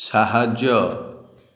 ସାହାଯ୍ୟ